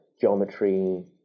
geometry